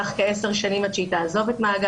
הן.